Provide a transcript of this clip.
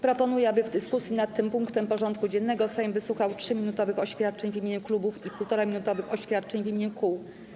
Proponuję, aby w dyskusji nad tym punktem porządku dziennego Sejm wysłuchał 3-minutowych oświadczeń w imieniu klubów i 1,5-minutowych oświadczeń w imieniu kół.